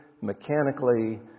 mechanically